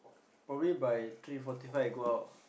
probably by three forty five I go out